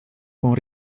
con